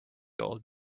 old